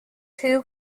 two